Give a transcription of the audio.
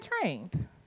trained